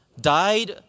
died